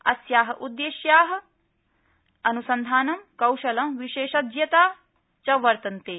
अस्या उद्देश्या अन्सन्धानं कौशलं विशेषज्ञता च वर्तन्ते